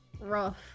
rough